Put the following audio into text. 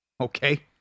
okay